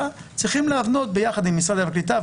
צריכים להבנות ביחד עם משרד הקליטה,